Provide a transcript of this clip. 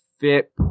fit